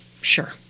Sure